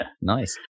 nice